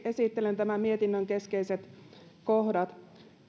esittelen tämän mietinnön keskeiset kohdat